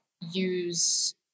use